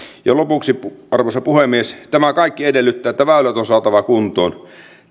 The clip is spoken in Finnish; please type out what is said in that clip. lopuksi arvoisa puhemies tämä kaikki edellyttää että väylät on saatava kuntoon